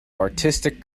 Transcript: artistic